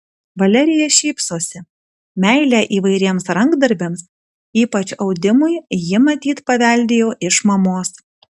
valerija šypsosi meilę įvairiems rankdarbiams ypač audimui ji matyt paveldėjo iš mamos